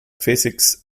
physics